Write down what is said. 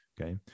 Okay